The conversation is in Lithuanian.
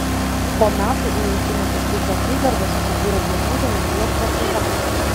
po metų į jungtinę kęstučio apygardą susibūrė pietų žemaitijos partizanai